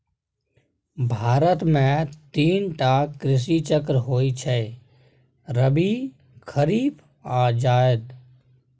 भारत मे तीन टा कृषि चक्र होइ छै रबी, खरीफ आ जाएद